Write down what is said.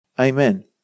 Amen